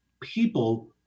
people